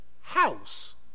house